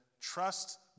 trust